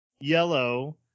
Yellow